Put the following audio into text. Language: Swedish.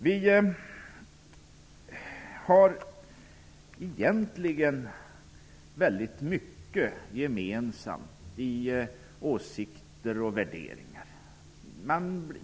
Vi har egentligen mycket gemensamt när det gäller åsikter och värderingar.